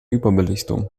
überbelichtung